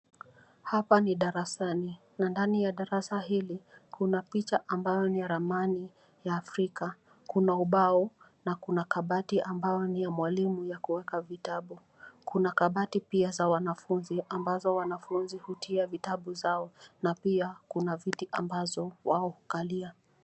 Hapa ni darasani na ndani ya darasa hili, kuna picha ambayo ni ramani ya Afrika. Kuna ubao na kuna kabati ambayo ni ya mwalimu ya kuweka vitabu. Kuna kabati pia za wanafunzi ambazo wanafunzi hutia vitabu zao na pia kuna viti ambazo wao hukalia.